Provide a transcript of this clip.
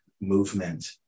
movement